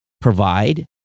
provide